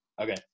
Okay